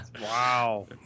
wow